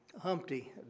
Humpty